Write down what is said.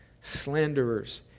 slanderers